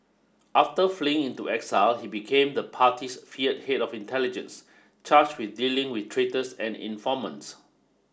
after fleeing into exile he became the party's fear head of intelligence charged with dealing with traitors and informants